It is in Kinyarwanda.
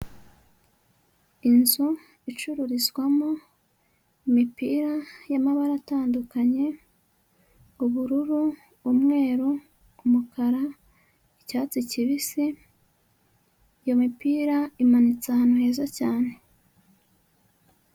Inzu icururizwamo imipira y'amabara atandukanye: ubururu, umweru, umukara, icyatsi kibisi, iyo mipira imanitse ahantu heza cyane.